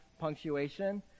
punctuation